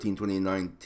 2019